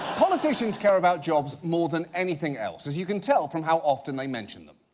politicians care about jobs more than anything else, as you can tell from how often they mention them.